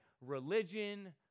religion